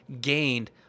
gained